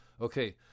Okay